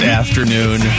afternoon